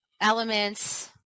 elements